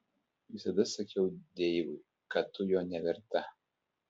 visada sakiau deivui kad tu jo neverta